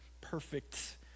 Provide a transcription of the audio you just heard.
perfect